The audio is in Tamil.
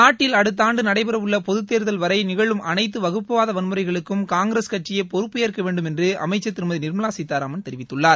நாட்டில் அடுத்தாண்டு நடைபெற உள்ள பொதுத்தேர்தல் வரை நிகழும் அனைத்து வகுப்புவாத வன்முறைகளுக்கும் காங்கிரஸ் கட்சியே பொறுப்பேற்க வேண்டும் என்று அமைச்சர் திருமதி நிர்மலா சீதாராமன் தெரிவித்துள்ளார்